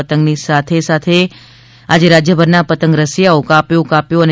પતંગના પેચની સાથે આજે રાજ્યભરના પતંગરસિયાઓ કાપ્યો કાપ્યો છે